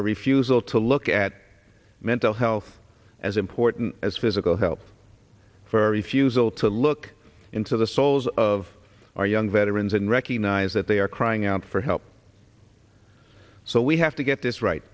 our refusal to look at mental health as important as physical help for refusal to look into the souls of our young veterans and recognize that they are crying out for help so we have to get this right